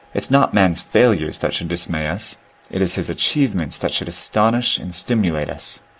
it's not man's failures that should dismay us it is his achievements that should astonish and stimulate us.